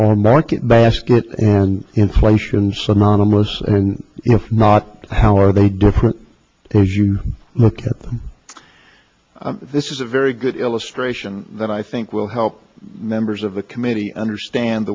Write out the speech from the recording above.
more market basket and inflation synonymous and if not how are they different as you look at them this is a very good illustration that i think will help members of the committee understand